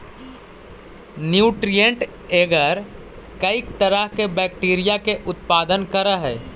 nutrient agar कईक तरह के बैक्टीरिया के उत्पादन करऽ हइ